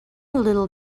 little